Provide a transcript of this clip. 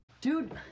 Dude